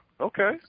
Okay